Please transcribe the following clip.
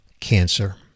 cancer